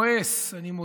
כועס, אני מודה.